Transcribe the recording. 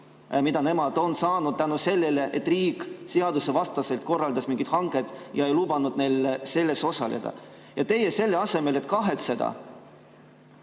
kuna nemad on saanud [kahju] selle tõttu, et riik seadusvastaselt korraldas mingi hanke ega lubanud neil selles osaleda. Ja teie, selle asemel, et kahetseda,